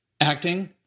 acting